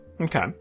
Okay